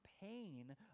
pain